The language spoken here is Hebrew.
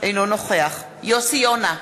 אינו נוכח יוסי יונה,